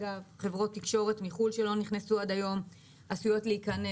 חברות תקשורת מחו"ל שלא נכנסו עד היום עשויות להיכנס.